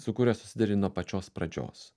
su kuriuo susiduri nuo pačios pradžios